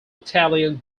italian